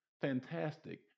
fantastic